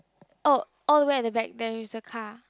oh all the way at the back there is a car